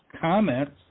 comments